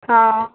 ஆ